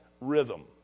rhythm